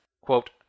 Quote